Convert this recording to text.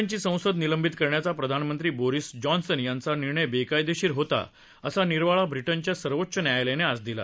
ब्रिटनची संसद निलंबित करण्याचा प्रधानमंत्री बोरिस जॉन्सन यांचा निर्णय बेकायदेशीर होता असा निर्वाळा ब्रिटनच्या सर्वोच्च न्यायालयानं आज दिला